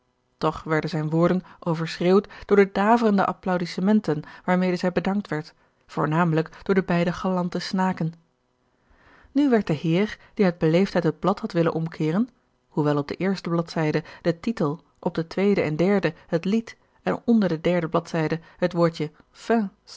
toch werden zijne woorden overschreeuwd door de daverende applaudissementen waarmede zij bedankt werd voornamelijk door de beide galante snaken nu werd den heer die uit beleefdheid het blad had willen omkeeren hoewel op de eerste bladzijde de titel op de tweede en derde het lied en onder de derde bladzijde het woordje